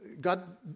God